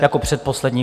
Jako předposlední.